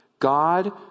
God